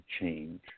change